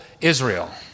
Israel